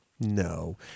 No